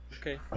Okay